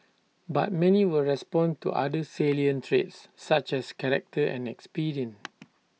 but many will respond to other salient traits such as character and experience